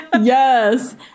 yes